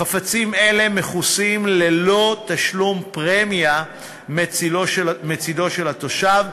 חפצים אלה מכוסים ללא תשלום פרמיה מצדו של התושב,